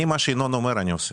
אני מה שינון אומר אני עושה.